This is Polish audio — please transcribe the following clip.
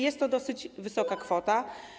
Jest to dosyć wysoka kwota.